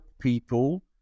people